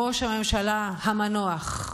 ראש הממשלה המנוח: